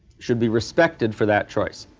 should be respected for that choice.